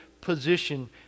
position